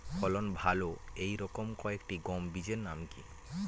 ফলন ভালো এই রকম কয়েকটি গম বীজের নাম কি?